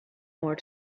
more